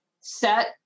Set